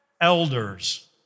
Elders